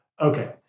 okay